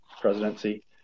presidency